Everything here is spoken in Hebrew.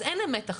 אז אין אמת אחת.